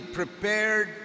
prepared